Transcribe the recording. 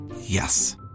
Yes